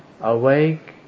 Awake